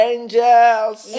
Angels